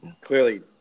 clearly